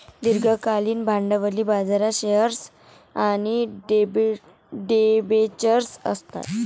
दीर्घकालीन भांडवली बाजारात शेअर्स आणि डिबेंचर्स असतात